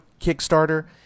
kickstarter